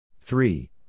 Three